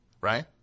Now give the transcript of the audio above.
right